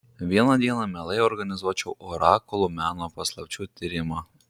vieną dieną mielai organizuočiau orakulų meno paslapčių tyrimą